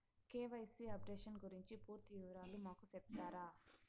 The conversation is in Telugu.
కె.వై.సి అప్డేషన్ గురించి పూర్తి వివరాలు మాకు సెప్తారా?